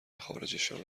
مخارجشان